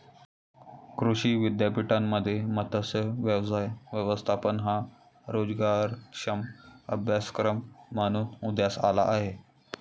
कृषी विद्यापीठांमध्ये मत्स्य व्यवसाय व्यवस्थापन हा रोजगारक्षम अभ्यासक्रम म्हणून उदयास आला आहे